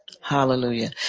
Hallelujah